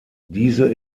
diese